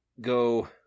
go